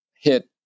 hit